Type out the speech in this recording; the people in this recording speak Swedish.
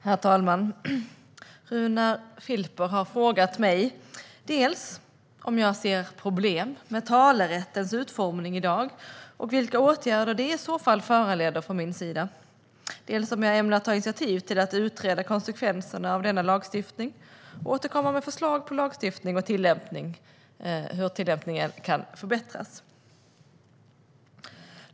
Herr talman! Runar Filper har frågat mig dels om jag ser problem med talerättens utformning i dag och vilka åtgärder det i så fall föranleder från min sida, dels om jag ämnar ta initiativ till att utreda konsekvenserna av denna lagstiftning och återkomma med förslag på hur lagstiftning och tillämpning av talerätten kan förbättras.